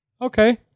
Okay